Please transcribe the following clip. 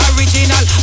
Original